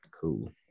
Cool